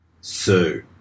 Sue